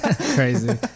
Crazy